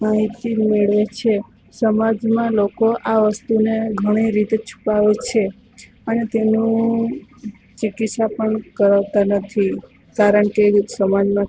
માહિતી મેળવે છે સમાજમાં લોકો આ વસ્તુને ઘણી રીતે છુપાવે છે અને તેમનું ચીકીત્સા પણ કરાવતા નથી કારણકે સમાજમાં